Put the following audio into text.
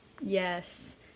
yes